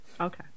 Okay